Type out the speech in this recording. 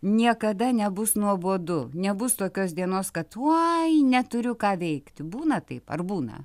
niekada nebus nuobodu nebus tokios dienos kad tuoj neturiu ką veikti būna taip ar būna